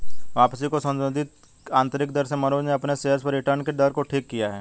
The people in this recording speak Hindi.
वापसी की संशोधित आंतरिक दर से मनोज ने अपने शेयर्स पर रिटर्न कि दर को ठीक किया है